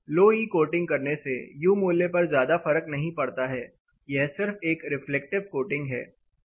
लो E coating करने से U मूल्य पर ज्यादा फर्क नहीं पड़ता है यह सिर्फ एक रिफ्लेक्टिव कोटिंग है